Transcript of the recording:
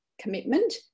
commitment